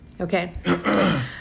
Okay